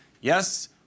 Yes